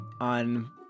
on